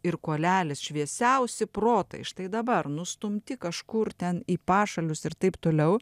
ir kuolelis šviesiausi protai štai dabar nustumti kažkur ten į pašalius ir taip toliau